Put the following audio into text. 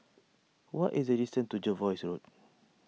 what is the distance to Jervois Road